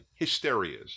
hysterias